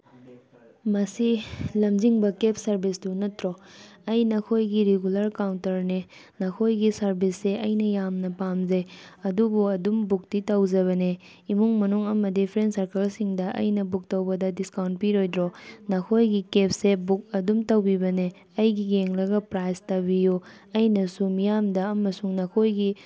ꯃꯁꯤ ꯂꯝꯖꯤꯡꯕ ꯀꯦꯕ ꯁꯔꯚꯤꯁꯇꯨ ꯅꯠꯇ꯭ꯔꯣ ꯑꯩ ꯅꯈꯣꯏꯒꯤ ꯔꯤꯒꯨꯂꯔ ꯀꯥꯎꯟꯇꯔꯅꯦ ꯅꯈꯣꯏꯒꯤ ꯁꯔꯚꯤꯁꯁꯦ ꯑꯩꯅ ꯌꯥꯝꯅ ꯄꯥꯝꯖꯩ ꯑꯗꯨꯕꯨ ꯑꯗꯨꯝ ꯕꯨꯛꯇꯤ ꯇꯧꯖꯕꯅꯦ ꯏꯃꯨꯡ ꯃꯅꯨꯡ ꯑꯃꯗꯤ ꯐ꯭ꯔꯦꯟ ꯁꯥꯔꯀꯜꯁꯤꯡꯗ ꯑꯩꯅ ꯕꯨꯛ ꯇꯧꯕꯗ ꯗꯤꯁꯀꯥꯎꯟꯠ ꯄꯤꯔꯣꯏꯗ꯭ꯔꯣ ꯅꯈꯣꯏꯒꯤ ꯀꯦꯕꯁꯦ ꯕꯨꯛ ꯑꯗꯨꯝ ꯇꯧꯕꯤꯕꯅꯦ ꯑꯩꯒꯤ ꯌꯦꯡꯂꯒ ꯄ꯭ꯔꯥꯏꯁ ꯇꯥꯕꯤꯌꯨ ꯑꯩꯅꯁꯨ ꯃꯤꯌꯥꯝꯗ ꯑꯃꯁꯨꯡ ꯅꯈꯣꯏꯒꯤ